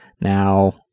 Now